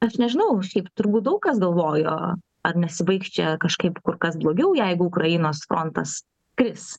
aš nežinau šiaip turbūt daug kas galvojo ar nesibaigs čia kažkaip kur kas blogiau jeigu ukrainos frontas kris